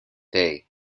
day